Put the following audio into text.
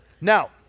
now